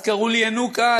אז קראו לי ינוקא,